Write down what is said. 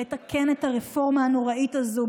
לתקן את הרפורמה הנוראית הזאת,